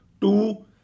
two